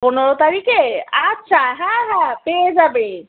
পনেরো তারিখে আচ্ছা হ্যাঁ হ্যাঁ পেয়ে যাবে